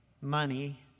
money